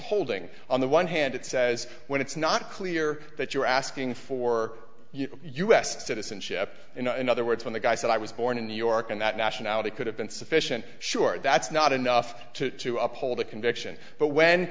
holding on the one hand it says when it's not clear that you're asking for u s citizenship in other words when the guy said i was born in new york and that nationality could have been sufficient sure that's not enough to uphold a conviction but when